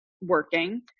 working